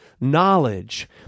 knowledge